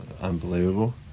unbelievable